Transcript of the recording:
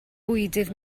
bwydydd